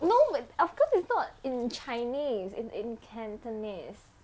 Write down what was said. no wait of course it's not in chinese it's in cantonese